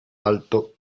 alto